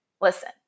listen